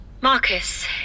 Marcus